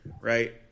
right